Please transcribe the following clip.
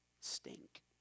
stink